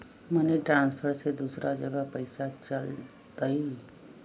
Money transfer से दूसरा जगह पईसा चलतई?